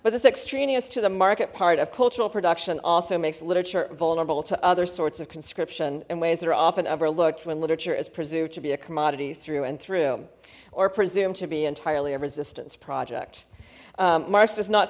with this extraneous to the market part of cultural production also makes literature vulnerable to other sorts of conscription in ways that are often overlooked when literature is pursued to be a commodity through and through or presume to be entirely a resistance project